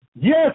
Yes